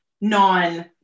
non